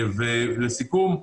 לסיכום,